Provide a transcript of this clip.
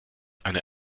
einer